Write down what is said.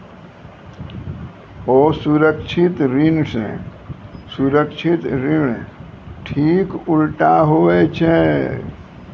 असुरक्षित ऋण से सुरक्षित ऋण ठीक उल्टा हुवै छै